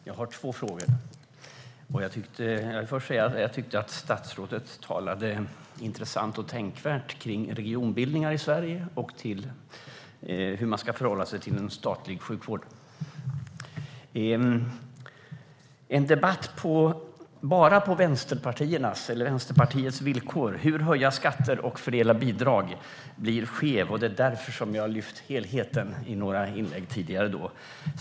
Herr talman! Jag har två frågor. Jag tyckte att statsrådet talade intressant och tänkvärt om regionbildningar i Sverige och om hur man ska förhålla sig till en statlig sjukvård. En debatt på Vänsterpartiets villkor om att höja skatter och fördela bidrag blir skev. Det är därför som jag har lyft fram helheten i några inlägg tidigare.